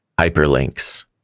hyperlinks